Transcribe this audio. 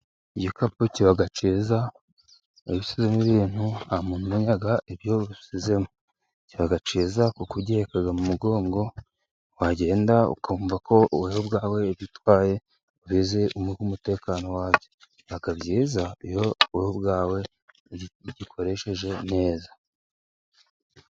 Igikapu kiba cyiza iyo ushyizemo ibintu nta muntu umenya ibyo ushyizemo, kiba cyiza kuko ugiheka mu mugongo, wagenda ukumva ko wowe bwawe ibyo utwaye wizeye umutekano wabyo, biba byiza iyo wowe ubwawe ugikoresheje neza.